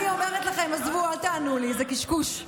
אני אומרת לכם, עזבו, אל תענו לי, זה קשקוש.